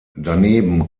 daneben